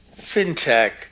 FinTech